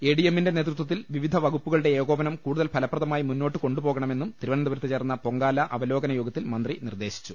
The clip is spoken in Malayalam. എഡിഎമ്മിന്റെ നേതൃത്വത്തിൽ വിവിധ വകുപ്പുകളുടെ ഏകോപനം കൂടുതൽ ഫലപ്രദമായി മുന്നോട്ട് കൊണ്ടുപോകണമെന്നും തിരുവനന്തപുരത്ത് ചേർന്ന പൊങ്കാല അവലോകന യോഗത്തിൽ മന്ത്രി നിർദേശിച്ചു